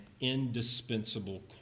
indispensable